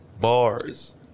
Bars